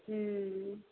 हुँ